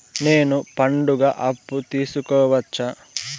నేను పండుగ అప్పు తీసుకోవచ్చా?